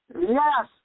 Yes